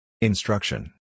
Instruction